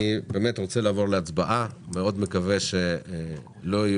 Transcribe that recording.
אני רוצה לעבור להצבעה ומאוד מקווה שלא יהיו